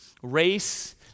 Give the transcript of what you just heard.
race